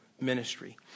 ministry